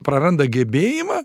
praranda gebėjimą